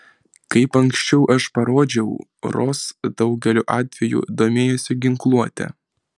kaip ankščiau aš parodžiau ros daugeliu atvejų domėjosi ginkluote